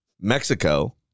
Mexico